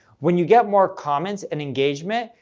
when you get more comments and engagement,